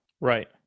right